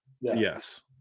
Yes